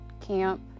camp